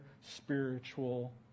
spiritual